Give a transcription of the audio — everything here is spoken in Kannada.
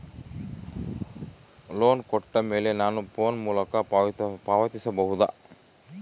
ಲೋನ್ ಕೊಟ್ಟ ಮೇಲೆ ನಾನು ಫೋನ್ ಮೂಲಕ ಪಾವತಿಸಬಹುದಾ?